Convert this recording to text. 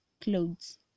clothes